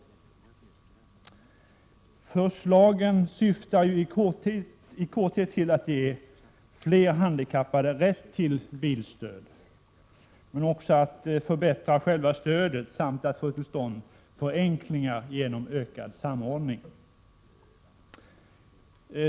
67 Förslagen syftar i korthet till att ge fler handikappade rätt till bilstöd men också till att förbättra själva stödet samt att få till stånd förenklingar genom ökad samordning.